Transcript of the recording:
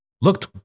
Looked